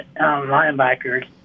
linebackers